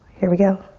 here we go.